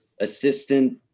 assistant